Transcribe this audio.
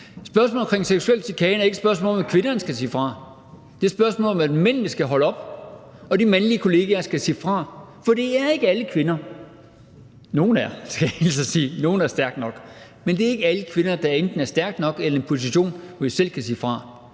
Spørgsmålet omkring seksuel chikane er ikke et spørgsmål om, at kvinderne skal sige fra. Det er et spørgsmål om, at mændene skal holde op, og at de mandlige kollegaer skal sige fra. For det er ikke alle kvinder, der enten er stærke nok – nogle er, skal jeg hilse og sige – eller er i en position, hvor de selv kan sige fra.